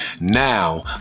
now